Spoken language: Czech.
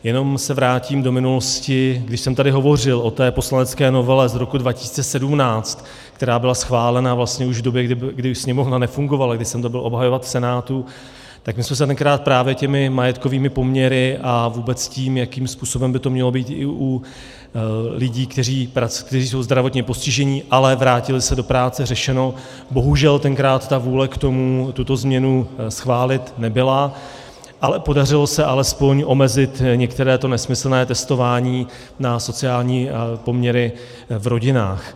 Jenom se vrátím do minulosti, když jsem tady hovořil o té poslanecké novele z roku 2017, která byla schválena vlastně už v době, kdy už Sněmovna nefungovala, kdy jsem to byl obhajovat v Senátu, tak my jsme se tenkrát právě těmi majetkovými poměry a vůbec tím, jakým způsobem by to mělo být i u lidí, kteří jsou zdravotně postižení, ale vrátili se do práce, řešeno, bohužel tenkrát vůle k tomu tuto změnu schválit nebyla, ale podařilo se alespoň omezit některé to nesmyslné testování na sociální poměry v rodinách.